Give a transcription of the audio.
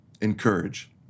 encourage